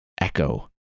echo